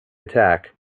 attack